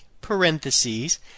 parentheses